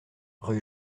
rue